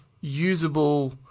usable